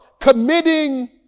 committing